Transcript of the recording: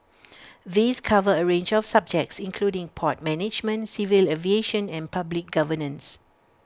these cover A range of subjects including port management civil aviation and public governance